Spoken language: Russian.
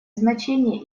значение